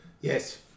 Yes